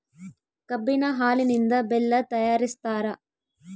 ಕಬ್ಬಿನ ಹಾಲಿನಿಂದ ಬೆಲ್ಲ ತಯಾರಿಸ್ತಾರ